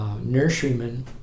nurseryman